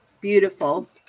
Beautiful